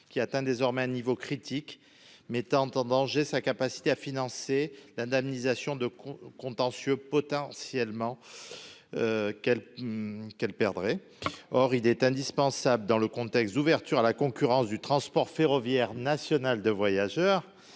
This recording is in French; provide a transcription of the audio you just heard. qui atteint désormais un niveau critique, mettant met en danger sa capacité à financer l'indemnisation de possibles contentieux qu'elle serait amenée à perdre. Il est donc indispensable, dans le contexte d'ouverture à la concurrence du transport ferroviaire national de voyageurs,